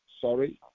Sorry